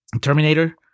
terminator